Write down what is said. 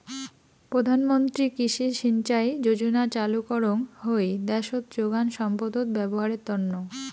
প্রধান মন্ত্রী কৃষি সিঞ্চাই যোজনা চালু করঙ হই দ্যাশোত যোগান সম্পদত ব্যবহারের তন্ন